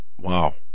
wow